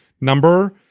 number